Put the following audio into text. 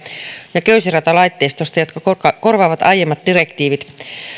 ja köysiratalaitteistosta jotka korvaavat aiemmat direktiivit